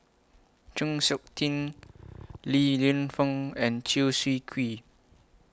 Chng Seok Tin Li Lienfung and Chew Swee Kee